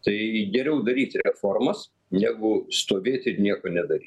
tai geriau daryti reformas negu stovėt ir nieko nedaryt